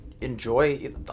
enjoy